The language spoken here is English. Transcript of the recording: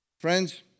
Friends